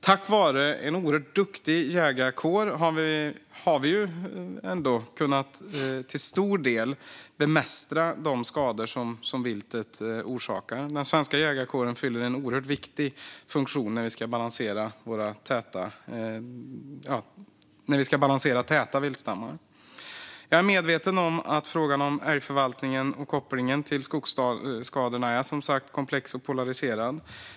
Tack vare en oerhört duktig jägarkår har vi till stor del kunnat bemästra de skador som viltet orsakar. Den svenska jägarkåren fyller en oerhört viktig funktion när vi ska balansera täta viltstammar. Jag är medveten om att frågan om älgförvaltningen och kopplingen till skogsskadorna är komplex och polariserad.